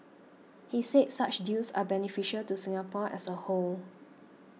he said such deals are beneficial to Singapore as a whole